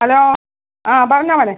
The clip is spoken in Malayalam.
ഹലോ ആ പറഞ്ഞോ മോനെ